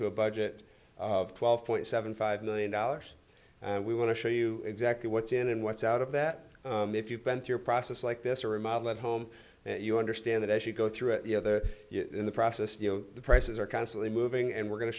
to a budget of twelve point seven five million dollars we want to show you exactly what's in and what's out of that if you've been through a process like this or remodel at home you understand that as you go through it the other in the process you know the prices are constantly moving and we're going to